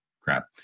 crap